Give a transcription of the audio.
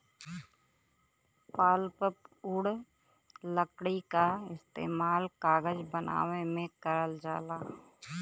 pulpwood लकड़ी क इस्तेमाल कागज बनावे में करल जाला